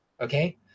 okay